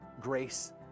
grace